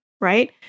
right